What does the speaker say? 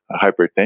hypertension